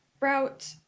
route